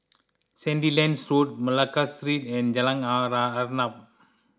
Sandilands Road Malacca Street and Jalan Arnap